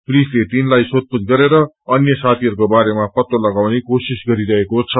पुलिसले तिनलाई सोथपूछ गरेर अन्य सााीहरूको बारेमा पत्ते लागाउने कोशिश गरिरहेको छ